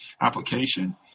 application